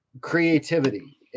creativity